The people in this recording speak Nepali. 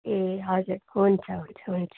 ए हजुर हुन्छ हुन्छ हुन्छ